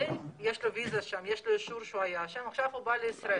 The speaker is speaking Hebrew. יש לו אישור שהוא היה שם ועכשיו הוא בא לישראל.